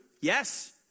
yes